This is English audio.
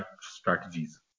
strategies